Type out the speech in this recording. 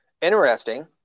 Interesting